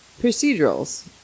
procedurals